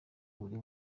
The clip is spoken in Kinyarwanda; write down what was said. buri